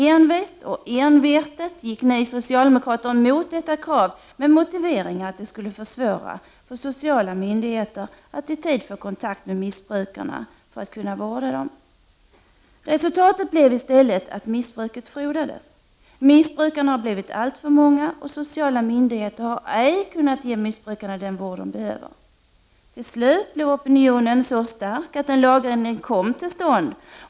Envist och envetet gick ni socialdemokrater emot detta krav — med motiveringen att det skulle försvåra för sociala myndigheter att i tid få kontakt med missbrukarna för att kunna ge dem vård. Resultatet blev i stället att missbruket frodades. Missbrukarna har blivit alltför många, och sociala myndigheter har ej kunnat ge missbrukarna den vård de behöver. Till slut blev dock opinionen så stark att en lagändring kom till stånd.